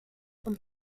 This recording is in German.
und